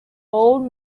old